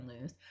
lose